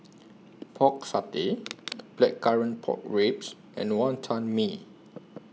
Pork Satay Blackcurrant Pork Ribs and Wonton Mee